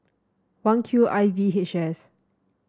one Q I V H S